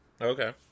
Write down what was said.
okay